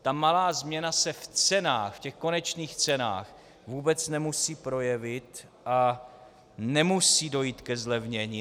Ta malá změna se v konečných cenách vůbec nemusí projevit a nemusí dojít ze zlevnění.